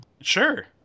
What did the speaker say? Sure